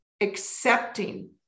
accepting